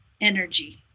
energy